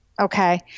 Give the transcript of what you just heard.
Okay